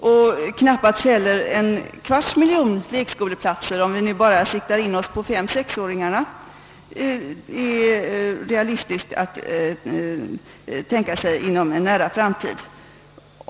Det är knappast heller realistiskt att tänka sig att vi kan få en kvarts miljon lekskoleplatser — om vi bara riktar in oss på 5 och 6-åringarna — inom en nära framtid.